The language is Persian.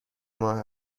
ماه